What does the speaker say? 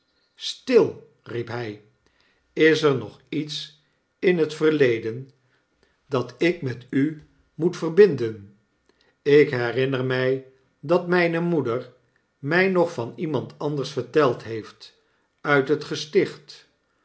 stil riep hij is er nog iets in het verleden dat ik met u moet verbinden ik herinner mij dat mijne moeder mij nog van iemand anders verteld heeft uit het gesticht